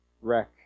wreck